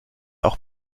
auch